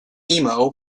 emo